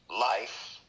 life